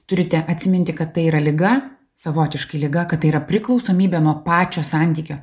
turite atsiminti kad tai yra liga savotiškai liga kad tai yra priklausomybė nuo pačio santykio